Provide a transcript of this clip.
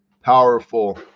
powerful